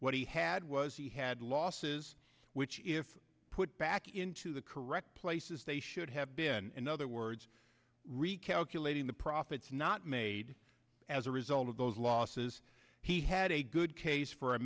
what he had was he had losses which if put back into the correct places they should have been in other words recalculating the profits not made as a result of those losses he had a good case for